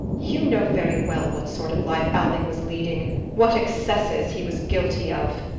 you know very well what sort of life alving was leading what excesses he was guilty of.